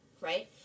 right